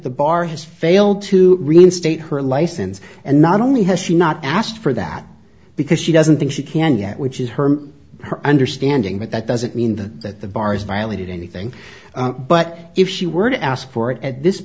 the bar has failed to reinstate her license and not only has she not asked for that because she doesn't think she can do that which is her understanding but that doesn't mean that the bar is violated anything but if she were to ask for it at this